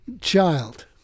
child